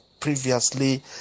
previously